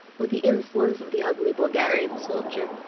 with the insolence of the ugly bulgarian soldier,